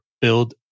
build